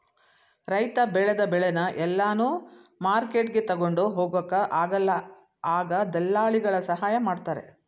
ರೈತ ಬೆಳೆದ ಬೆಳೆನ ಎಲ್ಲಾನು ಮಾರ್ಕೆಟ್ಗೆ ತಗೊಂಡ್ ಹೋಗೊಕ ಆಗಲ್ಲ ಆಗ ದಳ್ಳಾಲಿಗಳ ಸಹಾಯ ಮಾಡ್ತಾರೆ